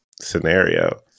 scenario